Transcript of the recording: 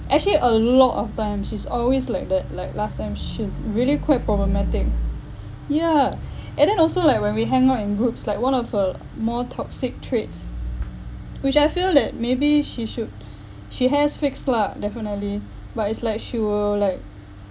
actually a lot of time she's always like that like last time she's really quite problematic yeah and then also like when we hang out in groups like one of her more toxic traits which I feel that maybe she should she has fixed lah definitely but it's like she will like